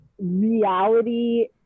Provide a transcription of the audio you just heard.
reality